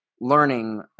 learning